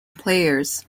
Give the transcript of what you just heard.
players